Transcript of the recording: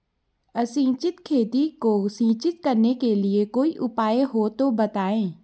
असिंचित खेती को सिंचित करने के लिए कोई उपाय हो तो बताएं?